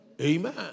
Amen